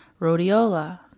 rhodiola